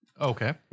Okay